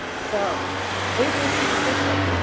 so when can we see the system?